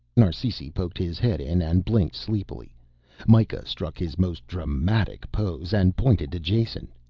narsisi poked his head in and blinked sleepily mikah struck his most dramatic pose and pointed to jason.